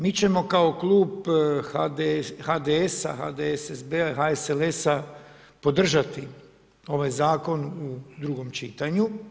Mi ćemo kao Klub HDS, HDSSB, HSLS podržati ovaj zakon u drugom čitanju.